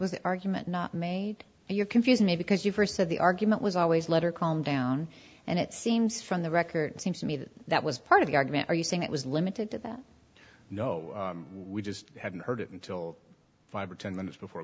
the argument not made and you're confusing me because you first said the argument was always letter calm down and it seems from the record seems to me that that was part of the argument are you saying it was limited to that no we just haven't heard it until five or ten minutes before